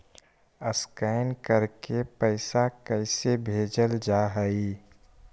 Scan करके पैसा कैसे भेजल जा हइ?